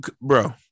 Bro